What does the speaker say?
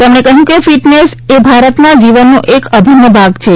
તેમણે કહ્યું કે ફીટનેસ એ ભારતના જીવનનો એક અભિન્ન ભાગ છે